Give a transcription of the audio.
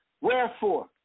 Wherefore